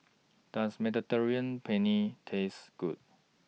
Does Mediterranean Penne Taste Good